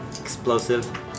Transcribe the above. Explosive